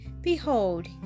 behold